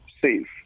safe